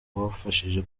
wabafashije